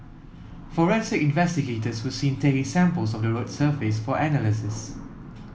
forensic investigators were seen taking samples of the road surface for analysis